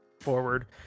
forward